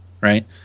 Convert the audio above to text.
right